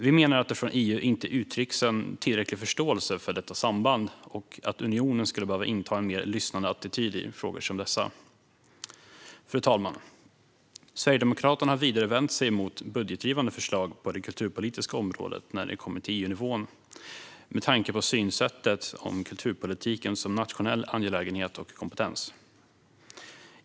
Vi menar att det från EU inte uttrycks en tillräcklig förståelse för detta samband och att unionen skulle behöva inta en mer lyssnande attityd i frågor som dessa. Fru talman! Sverigedemokraterna har vidare vänt sig emot budgetdrivande förslag på det kulturpolitiska området när det kommer till EU-nivån, med tanke på synen på kulturpolitiken som en nationell angelägenhet och kompetens.